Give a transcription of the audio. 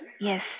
Yes